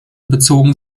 bezogen